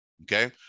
Okay